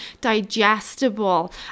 digestible